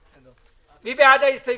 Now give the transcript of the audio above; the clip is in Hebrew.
מי בעד ההסתייגות?